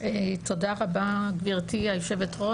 תודה רבה, גברתי היו"ר.